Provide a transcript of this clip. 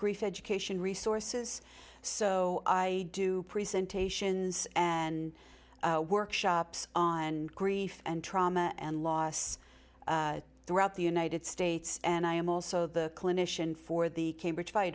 grief education resources so i do presentations and workshops on grief and trauma and loss throughout the united states and i am also the clinician for the cambridge